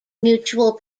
mutual